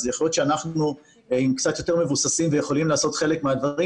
אז יכול להיות שאנחנו קצת יותר מבוססים ויכולים לעשות חלק מהדברים.